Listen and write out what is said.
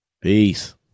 Peace